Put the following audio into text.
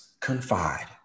confide